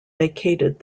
vacated